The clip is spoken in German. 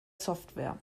software